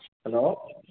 hello